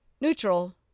neutral